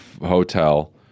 hotel